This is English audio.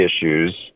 issues